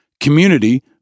community